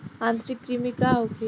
आंतरिक कृमि का होखे?